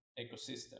ecosystem